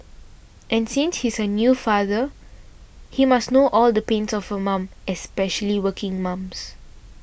and since he's a new father he must know all the pains of a mum especially working mums